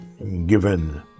given